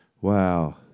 Wow